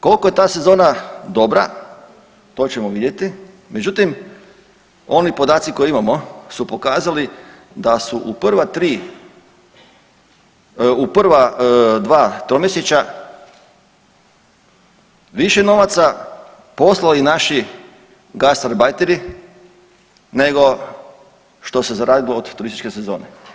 Koliko je ta sezona dobra, to ćemo vidjeti međutim oni podaci koje imamo su pokazali da su u prava dva tromjesečja više novaca poslali naši gastarbajteri nego što se zaradilo od turističke sezone.